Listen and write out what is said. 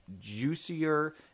juicier